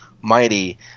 Mighty